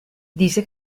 dice